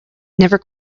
never